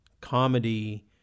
comedy